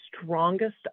strongest